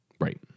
Right